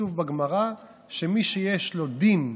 כתוב בגמרא שמי שיש לו דין,